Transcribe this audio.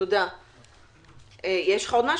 יש לך עוד משהו?